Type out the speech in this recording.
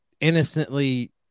innocently